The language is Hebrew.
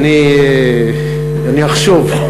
אני אחשוב.